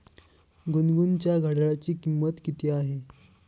गुनगुनच्या घड्याळाची किंमत किती आहे?